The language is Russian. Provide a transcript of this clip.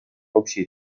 общей